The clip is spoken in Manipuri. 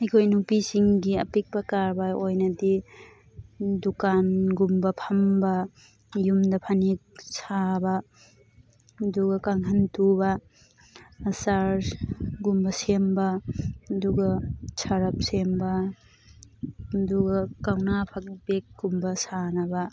ꯑꯩꯈꯣꯏ ꯅꯨꯄꯤꯁꯤꯡꯒꯤ ꯑꯄꯤꯛꯄ ꯀꯔꯕꯥꯔ ꯑꯣꯏꯅꯗꯤ ꯗꯨꯀꯥꯟꯒꯨꯝꯕ ꯐꯝꯕ ꯌꯨꯝꯗ ꯐꯅꯦꯛ ꯁꯥꯕ ꯑꯗꯨꯒ ꯀꯥꯡꯈꯟ ꯇꯨꯕ ꯑꯆꯥꯔ ꯒꯨꯝꯕ ꯁꯦꯝꯕ ꯑꯗꯨꯒ ꯁꯔꯐ ꯁꯦꯝꯕ ꯑꯗꯨꯒ ꯀꯧꯅꯥ ꯐꯛ ꯕꯦꯛꯀꯨꯝꯕ ꯁꯥꯅꯕ